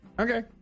Okay